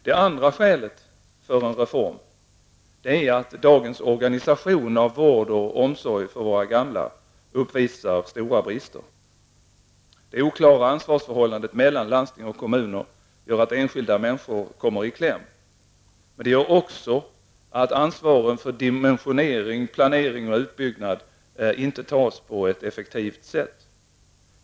Det andra skälet för en reform är att dagens organisation av vård och omsorg för våra gamla uppvisar stora brister. Det oklara ansvarsförhållandet mellan landsting och kommuner gör att enskilda människor kommer i kläm. Men det gör också att ansvar för dimensionering, planering och utbyggnad inte tas på ett effektivt sätt.